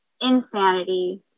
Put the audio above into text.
insanity